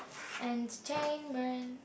entertainment